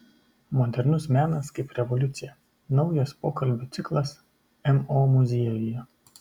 modernus menas kaip revoliucija naujas pokalbių ciklas mo muziejuje